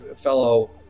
fellow